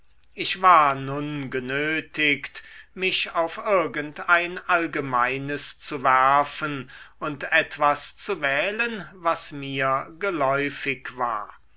ich war nun genötigt mich auf irgend ein allgemeines zu werfen und etwas zu wählen was mir geläufig wäre